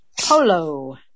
Polo